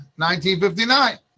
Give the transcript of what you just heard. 1959